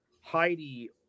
Heidi